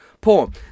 poem